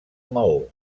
maó